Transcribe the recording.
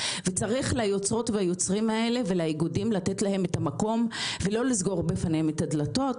וצריך לתת ליוצרים ולאיגודים האלה את המקום ולא לסגור בפניהם את הדלתות,